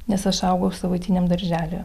nes aš augau savaitiniam darželyje